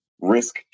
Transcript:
risk